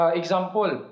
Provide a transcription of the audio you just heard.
example